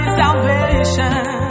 salvation